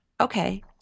okay